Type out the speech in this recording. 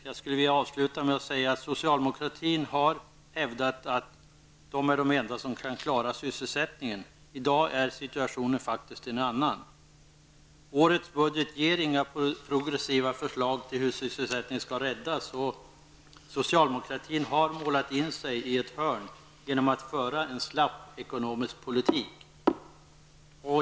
Jag skulle vilja avsluta med att säga att socialdemokraterna har hävdat att de är de enda som kan klara sysselsättningen. I dag är situationen faktiskt en annan. Årets budget ger inga progressiva förslag till hur sysselsättningen skall räddas. Socialdemokratin har råkat in i ett hörn genom att föra en slapp ekonomisk politik.